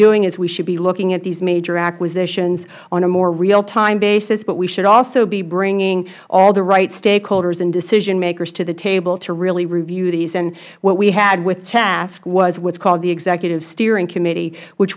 doing is we should be looking at these major acquisitions on a more realtime basis but we should also be bringing all the right stakeholders and decision makers to the table to really review these and what we had with tasc was what is called the executive steering committee which